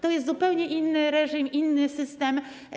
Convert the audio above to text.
To jest zupełnie inny reżim, inny system.